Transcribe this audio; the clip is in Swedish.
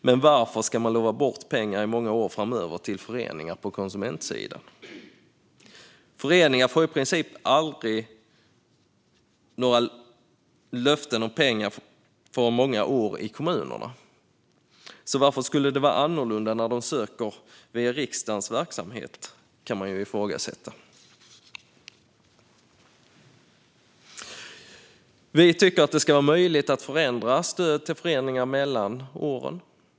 Men varför ska man lova bort pengar för många år framöver till föreningar på konsumentsidan? Föreningar får i princip aldrig några löften om pengar för många år framöver av kommunerna, så varför skulle det vara annorlunda när de söker via riksdagens verksamhet? Det kan ifrågasättas. Vi tycker att det ska vara möjligt att förändra stöd till föreningar mellan åren.